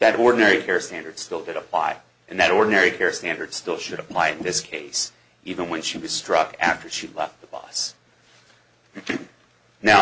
that ordinary fair standard still could apply and that ordinary care standards still should apply in this case even when she was struck after she left the boss now